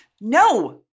No